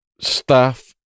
staff